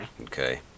okay